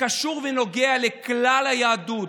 שקשור ונוגע לכלל היהדות.